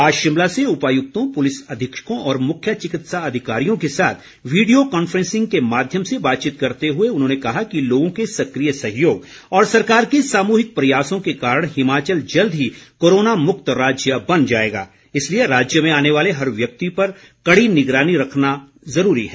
आज शिमला से उपायुक्तों पुलिस अधीक्षकों और मुख्य चिकित्सा अधिकारियों के साथ वीडियो कॉन्फ्रेंसिंग के माध्यम से बातचीत करते हुए उन्होंने कहा कि लोगों के सक्रिय सहयोग और सरकार के सामूहिक प्रयासों के कारण हिमाचल जल्द ही कोरोना मुक्त राज्य बन जाएगा इसलिए राज्य में आने वाले हर व्यक्ति पर कड़ी निगरानी रखना ज़रूरी है